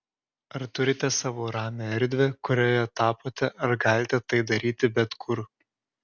ar turite savo ramią erdvę kurioje tapote ar galite tai daryti bet kur